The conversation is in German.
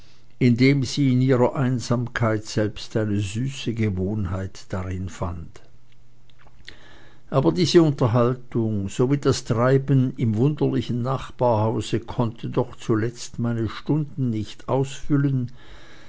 indem sie in unserer einsamkeit selbst eine süße gewohnheit darin fand aber diese unterhaltung sowie das treiben im wunderlichen nachbarhause konnte doch zu letzt meine stunden nicht ausfüllen